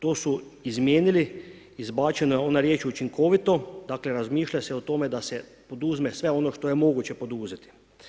To su izmijenili, izbačena je ona riječ učinkovito, dakle razmišlja se o tome da se poduzme sve ono što je moguće poduzeti.